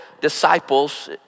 disciples